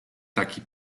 taki